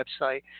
website